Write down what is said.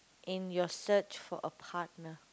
in your search for a partner